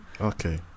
Okay